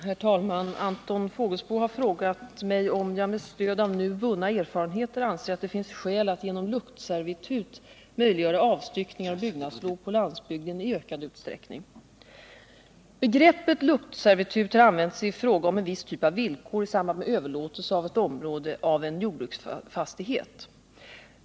Herr talman! Anton Fågelsbo har frågat mig om jag med stöd av nu vunna erfarenheter anser att det finns skäl att genom luktservitut möjliggöra avstyckningar och byggnadslov på landsbygden i ökad utsträckning. Begreppet luktservitut har använts i fråga om en viss typ av villkor i samband med överlåtelse av ett område av en jordbruksfastighet.